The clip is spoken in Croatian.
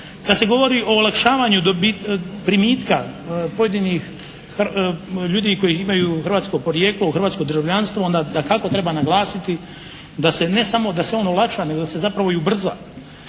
Kad se govori o olakšavanju primitka pojedinih ljudi koji imaju hrvatsko porijeklo, hrvatsko državljanstvo, onda dakako treba naglasiti da se ne samo da se on olakša nego da se zapravo i ubrza.